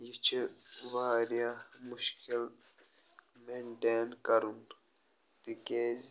یہِ چھُ واریاہ مشکل میٚنٹین کَرُن تِکیٛازِ